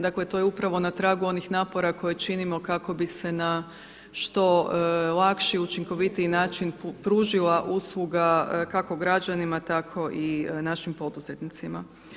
Dakle to je upravo na tragu onih napora koje činimo kako bi se na što lakši i učinkovitiji način pružila usluga kako građanima tako i našim poduzetnicima.